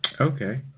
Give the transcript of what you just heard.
okay